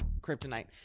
kryptonite